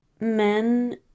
men